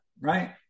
right